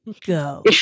Go